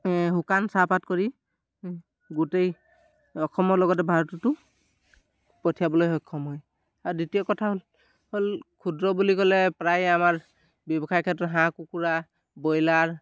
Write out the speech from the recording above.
শুকান চাহপাত কৰি গোটেই অসমৰ লগতে ভাৰততো পঠিয়াবলৈ সক্ষম হয় আৰু দ্বিতীয় কথা হ'ল ল ক্ষুদ্ৰ বুলি ক'লে প্ৰায়ে আমাৰ ব্যৱসায়ৰ ক্ষেত্ৰত হাঁহ কুকুৰা ব্ৰইলাৰ